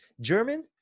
German